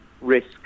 risk